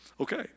Okay